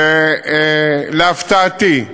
ולהפתעתי,